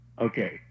Okay